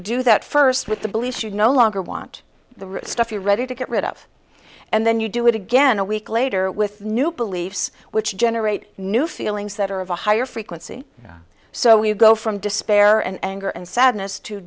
do that first with the beliefs you no longer want the stuff you're ready to get rid of and then you do it again a week later with new beliefs which generate new feelings that are of a higher frequency so we go from despair and anger and sadness to